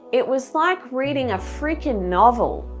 it was like reading a freakin' novel.